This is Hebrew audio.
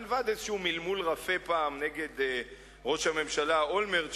מלבד איזה מלמול רפה פעם נגד ראש הממשלה אולמרט,